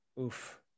Oof